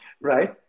right